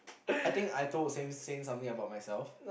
I think I told same same something about myself